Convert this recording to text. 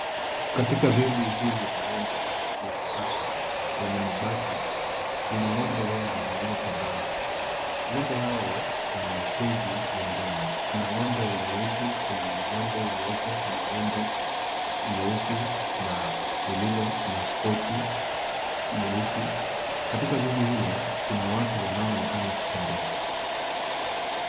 Katika zizi hili la ng'ombe la kisasa lenye mabati, lina ng'ombe wengi waliopangana, ng'ombe hao wana tegi ya njano, kuna ng'ombe nyeusi, kuna ng'ombe nyeupe, kuna ng'ombe nyeusi na lililo na spoti nyeusi. Katika zizi hilo kuna watu wanaoonekana kutembea.